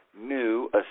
new